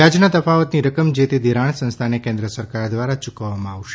વ્યાજના તફાવતની રકમ જે તે ધિરાણ સંસ્થાને કેન્દ્ર સરકાર દ્વારા ચૂકવવામાં આવશે